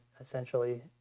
essentially